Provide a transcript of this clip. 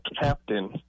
Captain